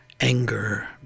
anger